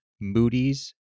Moody's